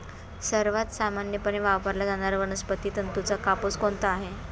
सर्वात सामान्यपणे वापरला जाणारा वनस्पती तंतूचा कापूस कोणता आहे?